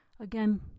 Again